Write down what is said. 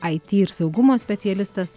it ir saugumo specialistas